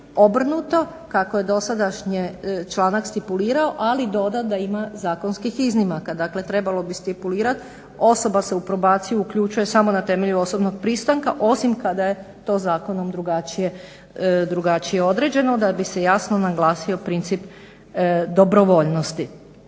obrnuto kako je dosadašnji članak stipulirao ali dodan da ima zakonskih iznimaka. Dakle, trebalo bi stipulirati osoba se u probaciju uključuje samo na temelju osobnog pristanka osim kada je to zakonom drugačije određeno da bi se jasno naglasio princip dobrovoljnosti.